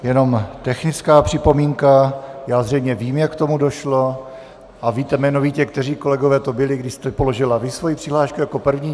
Jenom technická připomínka já zřejmě vím, jak k tomu došlo, a víte jmenovitě, kteří kolegové to byli, kdy jste položila vy svoji přihlášku jako první.